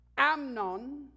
Amnon